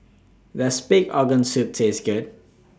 Does Pig Organ Soup Taste Good